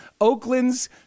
Oakland's